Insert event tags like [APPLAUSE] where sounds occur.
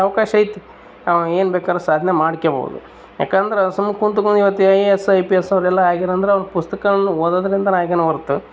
ಅವಕಾಶ ಐತಿ ಅವ ಏನು ಬೇಕಾದರು ಸಾಧನೆ ಮಾಡ್ಕೋಬೌದು ಯಾಕಂದ್ರೆ ಸುಮ್ನೆ ಕುಂತು [UNINTELLIGIBLE] ಇವತ್ತು I A S I P S ಅವರೆಲ್ಲ ಆಗಿರಂದ್ರೆ ಅವರು ಪುಸ್ತಕಾ ಓದೋದ್ರಿಂದ ಆಗ್ಯಾನ ಹೊರತು